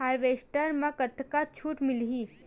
Harvester म कतका छूट मिलही?